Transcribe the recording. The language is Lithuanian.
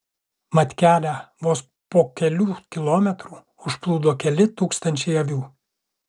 mat kelią vos po kelių kilometrų užplūdo keli tūkstančiai avių